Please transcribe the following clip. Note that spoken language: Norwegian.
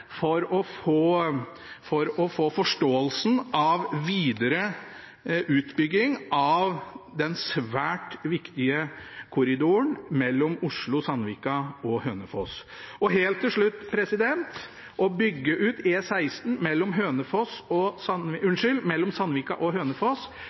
for å få forståelsen av videre utbygging av den svært viktige korridoren mellom Oslo, Sandvika og Hønefoss. Helt til slutt: Å bygge ut E16 mellom Sandvika og Hønefoss er viktig, uansett hva som måtte bli den nordre hovedvegforbindelsen mellom Østlandet og